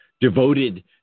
devoted